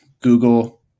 Google